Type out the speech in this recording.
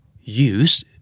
use